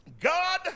god